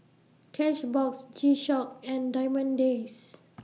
Cashbox G Shock and Diamond Days